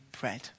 bread